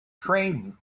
trained